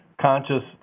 conscious